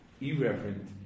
irreverent